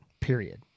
period